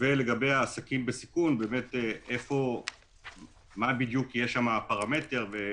לגבי העסקים בסיכון, מה בדיוק יהיה שם הפרמטר?